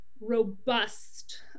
robust